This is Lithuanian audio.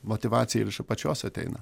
motyvacija ir iš apačios ateina